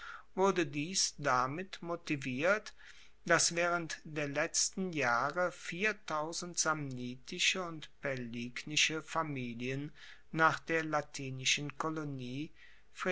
wurde dies damit motiviert dass waehrend der letzten jahre samnitische und paelignische familien nach der latinischen kolonie